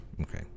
okay